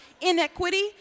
inequity